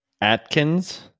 atkins